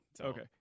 okay